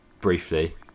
briefly